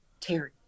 Terry